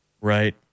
Right